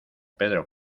pedro